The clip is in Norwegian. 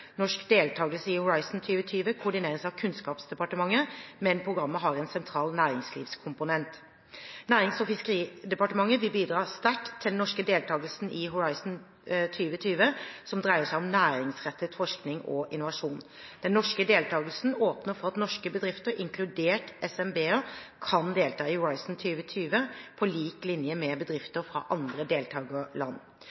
Norsk deltagelse i Horisont 2020 koordineres av Kunnskapsdepartementet, men programmet har en sentral næringslivskomponent. Nærings- og fiskeridepartementet vil bidra sterkt til den norske deltagelsen i Horisont 2020 som dreier seg om næringsrettet forskning og innovasjon. Den norske deltagelsen åpner for at norske bedrifter, inkludert SMB-er, kan delta i Horisont 2020 på lik linje med